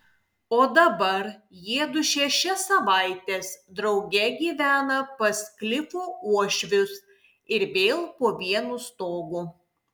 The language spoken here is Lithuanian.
o dabar jiedu šešias savaites drauge gyvena pas klifo uošvius ir vėl po vienu stogu